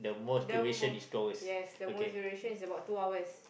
the most yes the most duration is about two hours